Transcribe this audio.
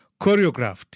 choreographed